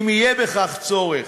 אם יהיה בכך צורך,